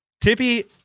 Tippy